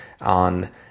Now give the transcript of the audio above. on